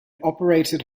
operated